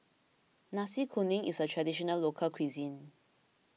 Nasi Kuning is a Traditional Local Cuisine